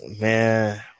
Man